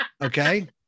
Okay